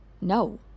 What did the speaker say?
No